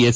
S